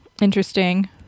interesting